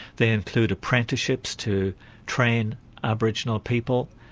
they include apprenticeships to train aboriginal people,